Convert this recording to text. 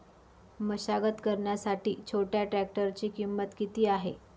मशागत करण्यासाठी छोट्या ट्रॅक्टरची किंमत किती आहे?